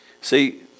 See